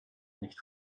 nicht